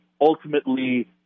Ultimately